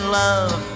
love